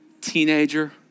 Teenager